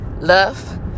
love